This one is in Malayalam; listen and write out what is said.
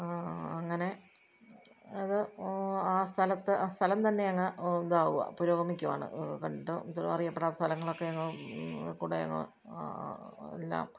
അങ്ങനെ അത് ആ സ്ഥലത്ത് ആ സ്ഥലം തന്നെ അങ്ങ് ഇതാകുവാ പുരോഗമിക്കുകയാണ് കണ്ടാൽ അറിയപ്പെടാത്ത സ്ഥലങ്ങളൊക്കെ അങ്ങ് കുടെ അങ്ങ് എല്ലാം